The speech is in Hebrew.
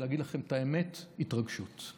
ולהגיד לכם את האמת, התרגשות.